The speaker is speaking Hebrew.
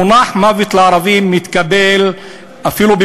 המונח "מוות לערבים" מתקבל אפילו,